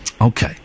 Okay